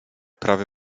prawy